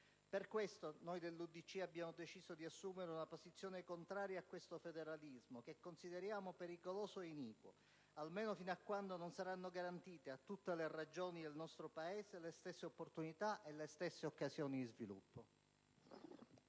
Per questo, noi dell'UDC abbiamo deciso di assumere una posizione contraria a questo federalismo, che consideriamo pericoloso e iniquo, almeno fino a quando non saranno garantite a tutte le Regioni del nostro Paese le stesse opportunità e le stesse occasioni di sviluppo.